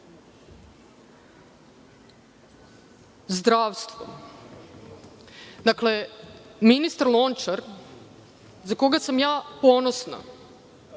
500.Zdravstvo, dakle, ministar Lončar, za koga sam ja ponosna